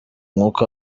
umwuka